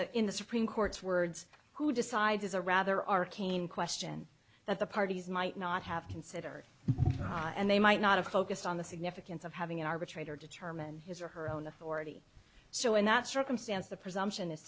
and in the supreme court's words who decides is a rather arcane question that the parties might not have considered and they might not have focused on the significance of having an arbitrator determine his or her own authority so in that circumstance the presumption i